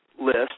list